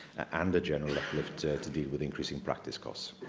and a general uplift to deal with increasing practice costs.